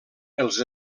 els